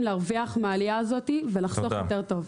להרוויח מהעלייה הזאת ולחסוך יותר טוב.